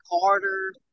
Carter